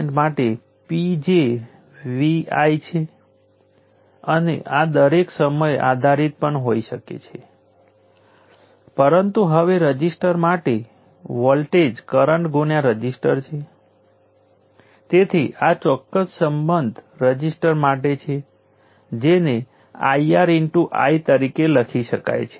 જો તમે આપેલ ઈન્ટરવલને ધ્યાનમાં રાખીને નિરીક્ષણ કરેલી એનર્જી શોધવા માંગો છો તો તમે તે ઈન્ટરવલ ઉપર પાવરને સંકલિત કરો છો